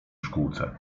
szkółce